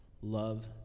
love